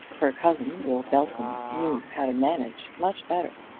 her cousin, will belton, knew how to manage much better.